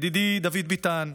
ידידי דוד ביטן,